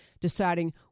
deciding